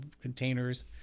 containers